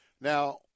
Now